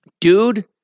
Dude